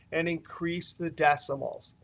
and increase the decimals.